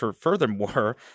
furthermore